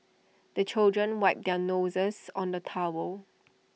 the children wipe their noses on the towel